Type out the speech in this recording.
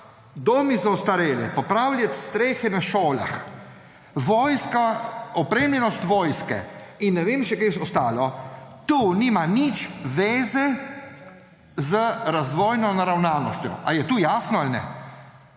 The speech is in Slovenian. domovi za ostarele, popravljati strehe na šolah, opremljenost vojske in ne vem še kaj, to nima nobene zveze z razvojno naravnanostjo. A je to jasno ali ne?